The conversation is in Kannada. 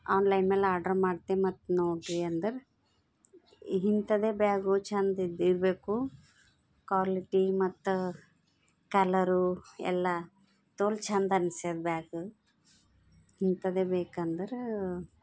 ಆನ್ಲೈನ್ ಮೇಲೆ ಆಡ್ರ್ ಮಾಡ್ತೆ ಮತ್ತು ನೋಡ್ರಿ ಅಂದರೆ ಇಂತದೆ ಬ್ಯಾಗು ಛಂದಿದ ಇರಬೇಕು ಕ್ವಾಲಿಟಿ ಮತ್ತು ಕಲರು ಎಲ್ಲ ತೋಲ್ ಛಂದ ಅನಿಸ್ಯದ್ ಬ್ಯಾಗ್ ಇಂತದೆ ಬೇಕಂದರು